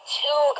two